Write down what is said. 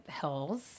Hills